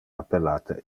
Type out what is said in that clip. appellate